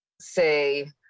say